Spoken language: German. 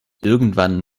irgendwann